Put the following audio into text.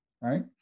Right